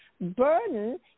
Burden